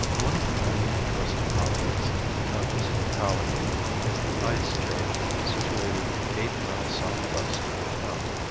one of the many interesting objects of this locality is the ice cave situated eight miles southwest of the town.